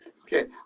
Okay